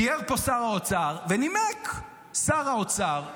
תיאר פה שר האוצר ונימק שר האוצר,